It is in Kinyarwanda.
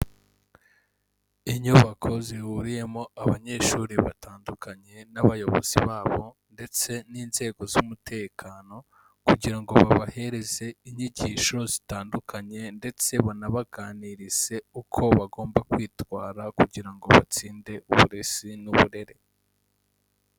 Inyubako zihuriyemo abanyeshuri batandukanye n'abayobozi babo, ndetse n'inzego z'umutekano kugira ngo babahereze inyigisho zitandukanye, ndetse banabaganirize uko bagomba kwitwara kugira ngo batsinde uburezi n'uburere.